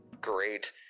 great